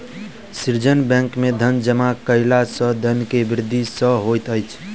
सृजन बैंक में धन जमा कयला सॅ धन के वृद्धि सॅ होइत अछि